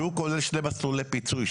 שהוא כולל שני מסלולי פיצוי,